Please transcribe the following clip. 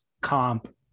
comp